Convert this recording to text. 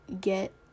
get